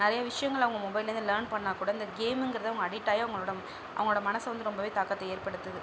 நிறைய விஷயங்கள் அவங்க மொபைல்லேருந்து லேர்ன் பண்ணுணா கூட இந்த கேமுங்கிறத அவங்க அடிக்ட்டாகி அவங்களோட அவங்களோட மனசை வந்து ரொம்பவே தாக்கத்தை ஏற்படுத்துது